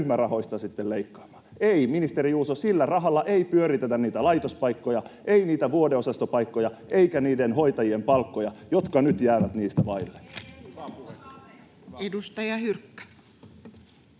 ryhmärahoista sitten leikkaamaan. Ei, ministeri Juuso, sillä rahalla ei pyöritetä niitä laitospaikkoja, ei niitä vuodeosastopaikkoja eikä niiden hoitajien palkkoja, jotka nyt jäävät niitä vaille.